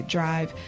drive